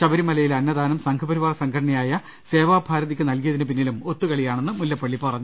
ശബരിമലയിലെ അന്നദാനം സംഘപരിവാർ സംഘടനയായ സേവാഭാരതിക്ക് നൽകിയതിന് പിന്നിലും ഒത്തുകളിയാണെന്ന് മുല്ലപ്പള്ളി പറഞ്ഞു